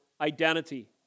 identity